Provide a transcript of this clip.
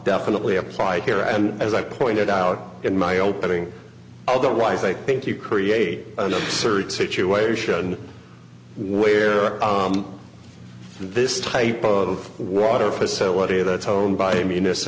definitely apply here and as i pointed out in my opening otherwise i think you create an absurd situation where this type of water facility that's owned by a m